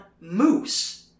Moose